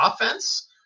offense